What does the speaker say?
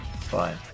Fine